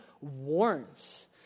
warns